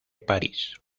parís